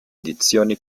edizioni